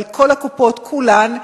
אבל כל הקופות כולן,